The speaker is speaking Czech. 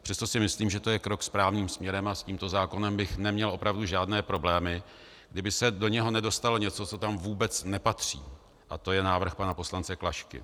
Přesto si myslím, že to je krok správným směrem, a s tímto zákonem bych neměl opravdu žádné problémy, kdyby se do něho nedostalo něco, co tam vůbec nepatří, a to je návrh pana poslance Klašky.